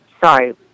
sorry